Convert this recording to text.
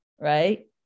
right